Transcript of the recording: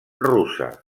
russa